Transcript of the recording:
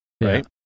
right